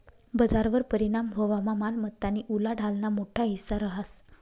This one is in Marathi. बजारवर परिणाम व्हवामा मालमत्तानी उलाढालना मोठा हिस्सा रहास